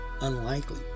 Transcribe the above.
unlikely